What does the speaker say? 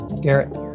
Garrett